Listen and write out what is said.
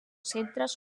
centres